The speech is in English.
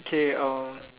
K o